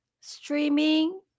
streaming